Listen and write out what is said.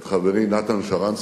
את חברי נתן שרנסקי,